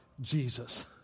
Jesus